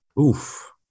Oof